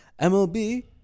MLB